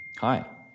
Hi